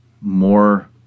more